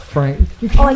Frank